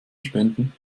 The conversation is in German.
spenden